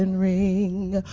and ring.